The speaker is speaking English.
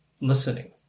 listening